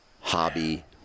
hobby